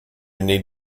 need